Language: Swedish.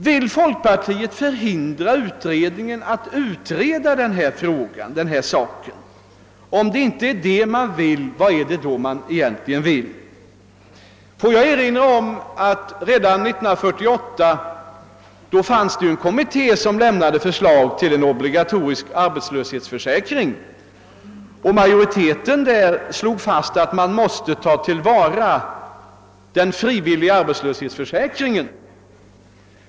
Vill folkpartiet förhindra att denna fråga behandlas i utredningen? Om det inte är detta som är avsikten, vad är det då man egentligen vill? Får jag erinra om att redan 1948 en kommitté framlade förslag om en obligatorisk arbetslöshetsförsäkring. Majoriteten i denna kommitté slog fast, att man borde ta vara på den frivilliga arbetslöshetsförsäkringen.